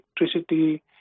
electricity